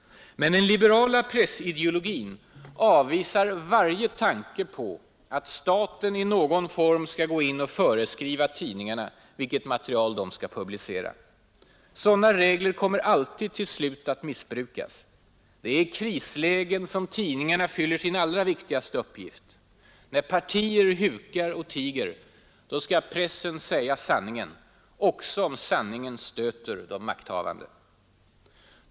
Men den liberala pressideologin avvisar varje tanke på att staten i någon form skall gå in och föreskriva tidningarna vilket material de skall publicera, Sådana regler kommer alltid till slut att missbrukas. Det är i krislägen som tidningarna fyller sin allra viktigaste uppgift. När partier hukar och tiger skall pressen säga sanningen också om sanningen stöter de makthavande.